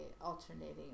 alternating